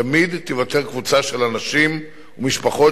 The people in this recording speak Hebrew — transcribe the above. תמיד תיוותר קבוצה של אנשים ומשפחות